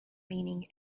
meaning